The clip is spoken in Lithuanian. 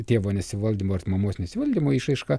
tėvo nesivaldymo ar mamos nesivaldymo išraiška